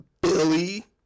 Billy